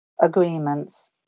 agreements